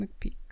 mcpeak